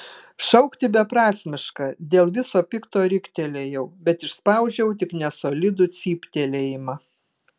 šaukti beprasmiška dėl viso pikto riktelėjau bet išspaudžiau tik nesolidų cyptelėjimą